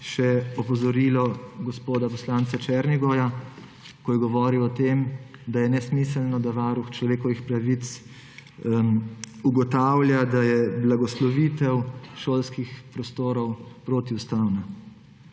še opozorilo gospoda poslanca Černigoja, ki je govoril o tem, da je nesmiselno, da Varuh človekovih pravic ugotavlja, da je blagoslovitev šolskih prostorov protiustavna.